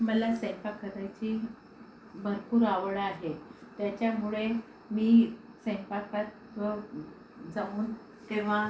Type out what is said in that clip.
मला स्वयंपाक करायची भरपूर आवड आहे त्याच्यामुळे मी स्वयंपाकात व जाऊन तेव्हा